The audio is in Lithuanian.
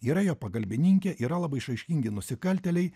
yra jo pagalbininkė yra labai išraiškingi nusikaltėliai